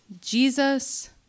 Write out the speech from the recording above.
Jesus